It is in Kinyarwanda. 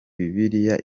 bibiliya